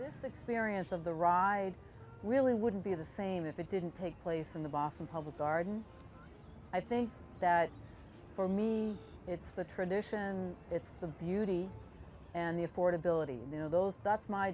this experience of the ride really wouldn't be the same if it didn't take place in the boston public garden i think that for me it's the tradition it's the beauty and the affordability you know those that's my